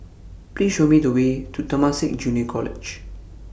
Please Show Me The Way to Temasek Junior College